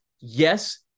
yes